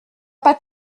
pas